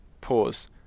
Pause